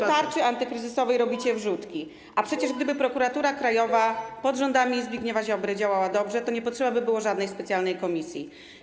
Do tego w tarczy antykryzysowej robicie wrzutki, a przecież gdyby Prokuratura Krajowa pod rządami Zbigniewa Ziobry działała dobrze, to nie potrzeba by było żadnej specjalnej komisji.